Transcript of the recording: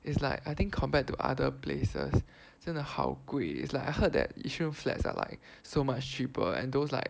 it's like I think compared to other places 真的好贵 it's like I heard that Yishun flats are like so much cheaper and those like